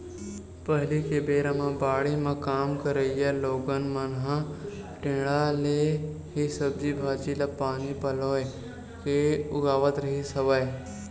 पहिली के बेरा म बाड़ी म काम करइया लोगन मन ह टेंड़ा ले ही सब्जी भांजी ल पानी पलोय के उगावत रिहिस हवय